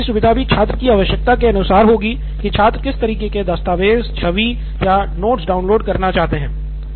download की सुविधा भी छात्र की आवश्यकता के अनुसार होगी की छात्र किस तरह के दस्तावेज़ छवि या नोट्स डाउनलोड करना चाहते हैं